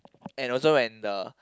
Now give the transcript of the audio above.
and also when the